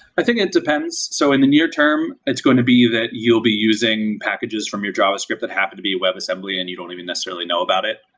i think it depends. so in your term, it's going to be that you'll be using packages from your javascript that happened to be webassembly and you don't even necessarily know about it,